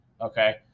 okay